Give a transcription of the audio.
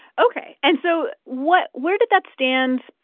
ok. and so what where did that stand,